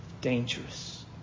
dangerous